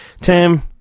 Tim